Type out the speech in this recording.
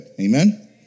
Amen